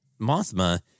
mothma